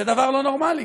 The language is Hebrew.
זה דבר לא נורמלי.